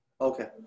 Okay